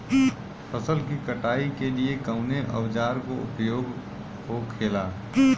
फसल की कटाई के लिए कवने औजार को उपयोग हो खेला?